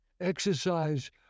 exercise